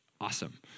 awesome